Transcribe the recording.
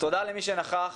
תודה למי שנכח